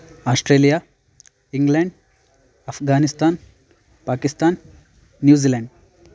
Australia England Afghanistan Pakistan New Zealand